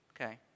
Okay